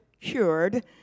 cured